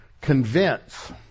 Convince